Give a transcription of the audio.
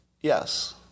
yes